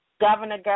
Governor